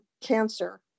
cancer